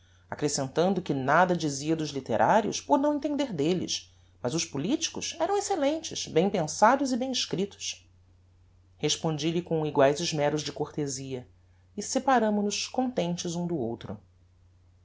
accrescentando que nada dizia dos litterarios por não entender delles mas os politicos eram excellentes bem pensados e bem escriptos respondi-lhe com eguaes esmeros de cortezia e separámos nos contentes um do outro